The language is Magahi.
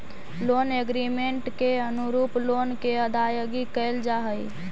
लोन एग्रीमेंट के अनुरूप लोन के अदायगी कैल जा हई